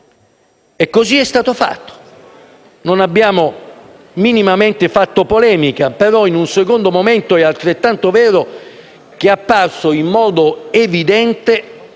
e così è stato fatto. Non abbiamo minimamente fatto polemica ma, in un secondo momento, è altrettanto vero che è apparso in modo evidente